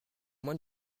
moins